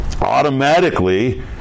automatically